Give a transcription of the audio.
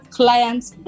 clients